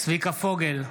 צביקה פוגל,